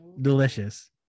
delicious